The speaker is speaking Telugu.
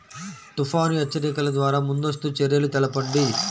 తుఫాను హెచ్చరికల ద్వార ముందస్తు చర్యలు తెలపండి?